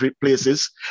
places